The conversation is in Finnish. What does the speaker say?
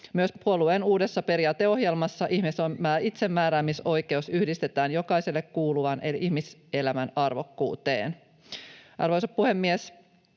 Myös puolueen uudessa periaateohjelmassa itsemääräämisoikeus yhdistetään jokaiselle kuuluvaan ihmiselämän arvokkuuteen. Arvoisa puhemies!